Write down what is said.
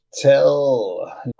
Tell